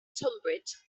tonbridge